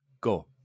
Go